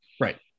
Right